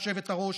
היושבת-ראש,